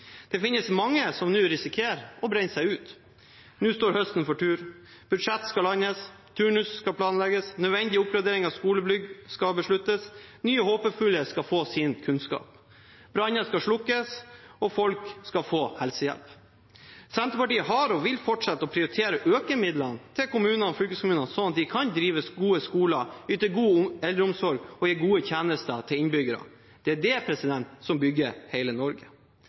Det finnes mange som nå risikerer å brenne seg ut. Nå står høsten for tur. Budsjett skal landes. Turnusene skal planlegges. Nødvendige oppgraderinger av skolebygg skal besluttes. Nye håpefulle skal få sin kunnskap. Branner skal slukkes. Folk skal få helsehjelp. Senterpartiet har prioritert og vil fortsette å prioritere å øke midlene til kommunene og fylkeskommunene, sånn at de kan drive gode skoler, yte god eldreomsorg og gi gode tjenester til innbyggerne. Det er det som bygger hele Norge.